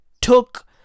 took